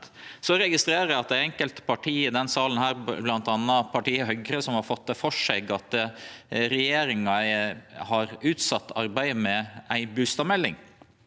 Eg registrerer at det er enkelte parti i denne salen, bl.a. partiet Høgre, som har fått for seg at regjeringa har utsett arbeidet med ei bustadmelding.